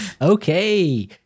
Okay